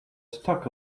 stuck